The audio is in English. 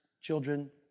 children